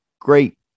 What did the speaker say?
Great